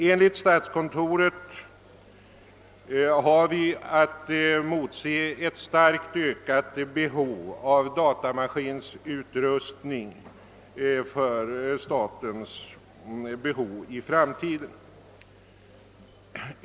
Enligt statskontoret har vi att motse ett starkt ökat behov av datamaskinutrustning från statens sida i framtiden.